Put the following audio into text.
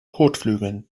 kotflügeln